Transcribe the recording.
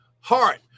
heart